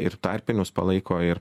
ir tarpinius palaiko ir